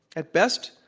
at best,